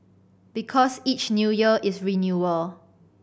because each New Year is renewal